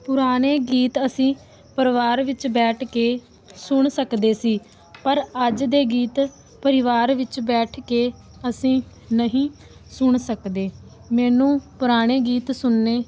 ਪੁਰਾਣੇ ਗੀਤ ਅਸੀਂ ਪਰਿਵਾਰ ਵਿੱਚ ਬੈਠ ਕੇ ਸੁਣ ਸਕਦੇ ਸੀ ਪਰ ਅੱਜ ਦੇ ਗੀਤ ਪਰਿਵਾਰ ਵਿੱਚ ਬੈਠ ਕੇ ਅਸੀਂ ਨਹੀਂ ਸੁਣ ਸਕਦੇ ਮੈਨੂੰ ਪੁਰਾਣੇ ਗੀਤ ਸੁਣਨੇ